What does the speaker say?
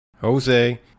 jose